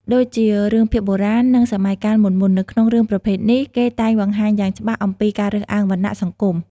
ដូចជា រឿងភាគបុរាណ និងសម័យកាលមុនៗ នៅក្នុងរឿងប្រភេទនេះ គេតែងបង្ហាញយ៉ាងច្បាស់អំពីការរើសអើងវណ្ណៈសង្គម។